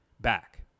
back